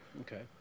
Okay